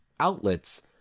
Outlets